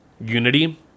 unity